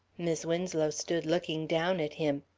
mis' winslow stood looking down at him.